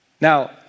Now